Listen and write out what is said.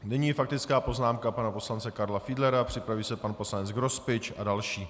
Nyní faktická poznámka pana poslance Karla Fiedlera, připraví se pan poslanec Grospič a další.